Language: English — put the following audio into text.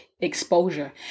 exposure